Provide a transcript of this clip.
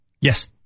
Yes